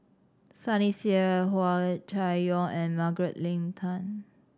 Sunny Sia Hua Chai Yong and Margaret Leng Tan